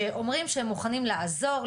שהם אומרים שהם מוכנים לעזור,